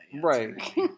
Right